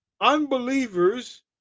unbelievers